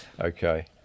Okay